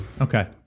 Okay